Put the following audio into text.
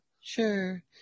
Sure